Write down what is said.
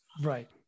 Right